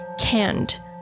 canned